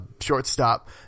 shortstop